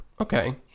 Okay